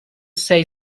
say